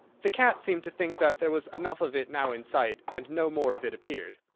the cat seemed to think that there was enough of it now in sight, and no more of it appeared.